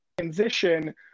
transition